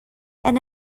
and